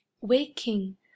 waking